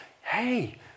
hey